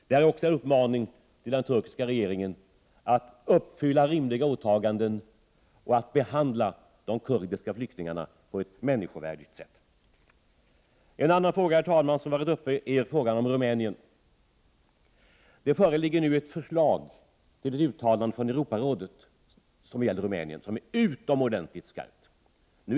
Det är också en: uppmaning till den turkiska regeringen att uppfylla rimliga åtaganden och att behandla de kurdiska flyktingarna på ett människovärdigt sätt. Herr talman! En annan fråga som varit uppe är frågan om Rumänien. Det föreligger nu ett förslag till ett uttalande från Europarådet när det gäller Rumänien som är utomordentligt skarpt.